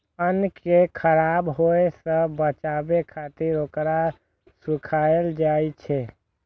अन्न कें खराब होय सं बचाबै खातिर ओकरा सुखायल जाइ छै